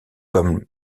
comme